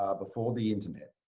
ah before the internet,